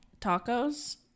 tacos